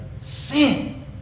Sin